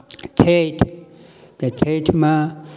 छठि तऽ छठिमे